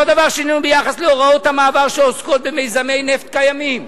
אותו דבר שינינו ביחס להוראות המעבר שעוסקות במיזמי נפט קיימים,